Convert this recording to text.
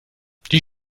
die